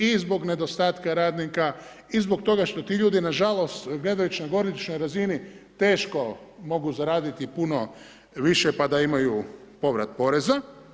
I zbog nedostatka radnika, i zbog toga što ti ljudi nažalost gledajući na godišnjoj razini teško mogu zaraditi puno više pa da imaju povrat poreza.